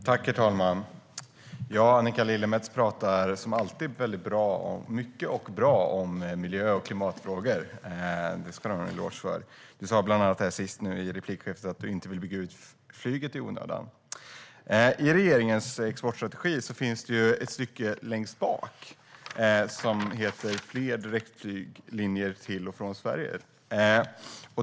Herr talman! Annika Lillemets talar som alltid mycket och bra om miljö och klimatfrågor. Det ska du ha en eloge för, Annika Lillemets. Du sa bland annat i din replik att du inte vill bygga ut flyget i onödan. I regeringens exportstrategi finns det ett stycke längst bak som heter Fler direktflyglinjer till och från Sverige.